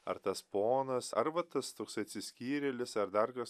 ar tas ponas arba tas toks atsiskyrėlis ar dar kas